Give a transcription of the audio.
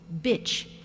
Bitch